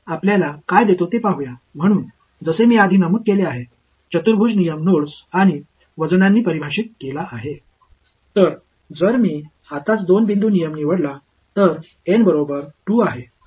எனவே நான் குறிப்பிட்டது போல ஒரு குவாட்ரேச்சர் விதி நோடுகள் மற்றும் எடைகளால் வரையறுக்கபட்டுள்ளது